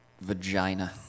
Vagina